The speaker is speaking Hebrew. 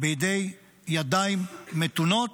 בידי ידיים מתונות,